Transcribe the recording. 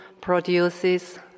produces